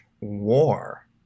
War